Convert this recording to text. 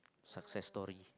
success story